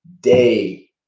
day